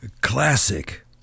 classic